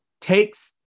takes